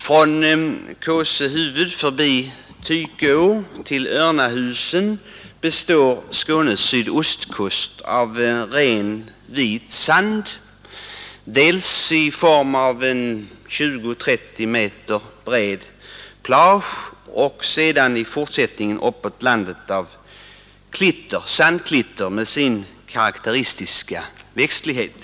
Från Kåse huvud förbi Tyke å till Örnahusen består Skånes sydöstkust av ren vit sand — dels en 20-30 meter bred plage, dels i fortsättningen uppåt landet sandklitter med sin karakteristiska växtlighet.